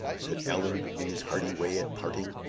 said allan, in his hearty way, at parting.